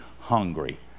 hungry